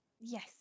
Yes